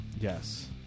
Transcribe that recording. Yes